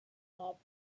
top